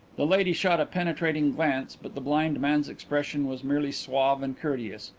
the lady shot a penetrating glance but the blind man's expression was merely suave and courteous.